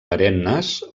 perennes